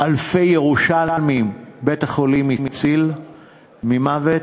אלפי ירושלמים בית-החולים הזה הציל ממוות,